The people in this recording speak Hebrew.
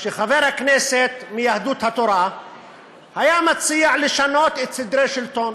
שחבר הכנסת מיהדות התורה היה מציע לשנות את סדרי השלטון